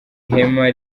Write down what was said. ihema